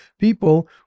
people